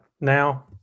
now